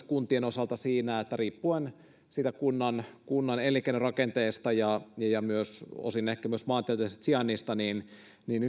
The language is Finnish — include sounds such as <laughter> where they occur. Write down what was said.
<unintelligible> kuntien verotulojen kannalta vaihtelee riippuen kunnan kunnan elinkeinorakenteesta ja ja osin ehkä myös maantieteellisestä sijainnista niin niin <unintelligible>